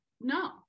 no